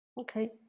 Okay